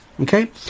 Okay